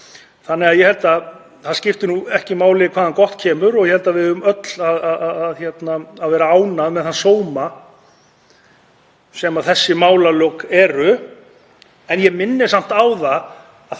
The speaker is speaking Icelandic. þannig að ég held að það skipti nú ekki máli hvaðan gott kemur og ég held að við eigum öll að vera ánægð með þann sóma sem þessi málalok eru. En ég minni samt á að